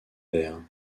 verts